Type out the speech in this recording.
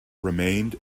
remained